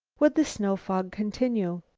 would the snow-fog continue?